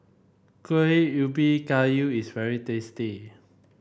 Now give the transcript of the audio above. Kuih Ubi Kayu is very tasty